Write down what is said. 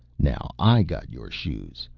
now i got your shoes.